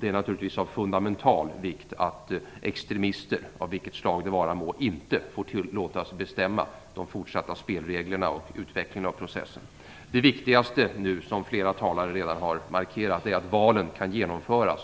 Det är naturligtvis av fundamental vikt att extremister, av vilket slag det vara må, inte får tillåtas bestämma de fortsatta spelreglerna och utvecklingen av processen. Det viktigaste är nu, som flera talare redan har markerat, att valen kan genomföras